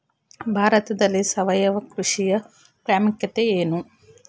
ಭಾರತದಲ್ಲಿ ಸಾವಯವ ಕೃಷಿಯ ಪ್ರಾಮುಖ್ಯತೆ ಎನು?